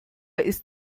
ist